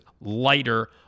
lighter